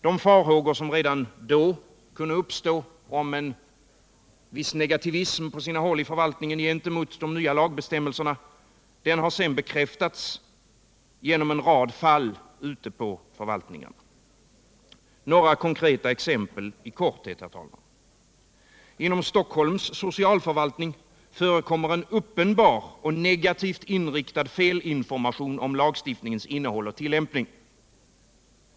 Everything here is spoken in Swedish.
De farhågor som redan då kunde uppstå om en viss negativism på sina håll i förvaltningen gentemot de nya lagbestämmelserna har sedan bekräftats genom en rad fall ute på socialförvaltningarna. Några konkreta exempel i korthet, herr talman. Inom Stock holms socialförvaltning förekommer en uppenbar och negativt inriktad felinformation om lagstiftningens innehåll och tillämpning.